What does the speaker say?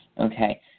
Okay